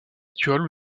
naturels